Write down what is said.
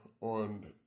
on